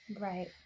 Right